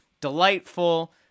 delightful